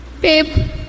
Babe